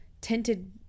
tinted